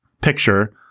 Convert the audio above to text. picture